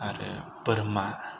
आरो बोरमा